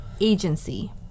Agency